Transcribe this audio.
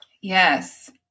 Yes